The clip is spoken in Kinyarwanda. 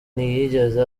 ntiyigeze